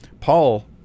Paul